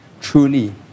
Truly